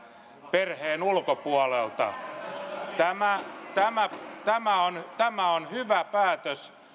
perheen ulkopuolelta tämä on tämä on hyvä päätös